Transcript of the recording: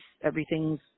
Everything's